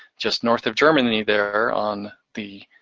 just north of germany, there on the